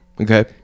Okay